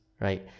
right